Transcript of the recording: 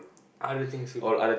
other things to do